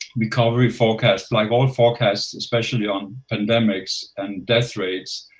recovery forecast, like all forecasts, especially on pandemics and death rates,